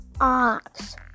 ox